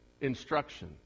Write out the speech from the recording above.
instruction